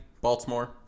Baltimore